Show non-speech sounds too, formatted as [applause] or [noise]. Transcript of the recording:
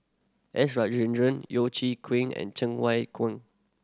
S Rajendran Yeo Chee [unintelligible] and Cheng Wai Keung